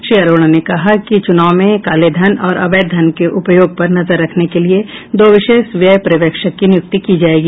श्री अरोड़ा ने कहा कि चुनाव में कालेधन और अवैध धन के उपयोग पर नजर रखने के लिये दो विशेष व्यय पर्यवेक्षक की नियुक्ति की जायेगी